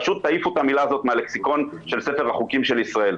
פשוט תעיפו את המילה הזו מהלקסיקון של ספר החוקים של ישראל.